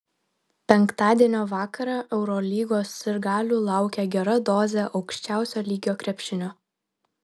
penktadienio vakarą eurolygos sirgalių laukia gera dozė aukščiausio lygio krepšinio